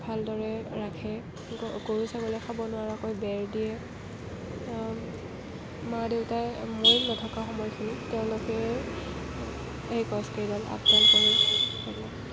ভালদৰে ৰাখে গৰু ছাগলীয়ে খাব নোৱাৰাকৈ বেৰ দিয়ে মা দেউতায়ে মই নথকা সময়খিনিত তেওঁলোকেই এই গছ কেইডাল আপডাল কৰে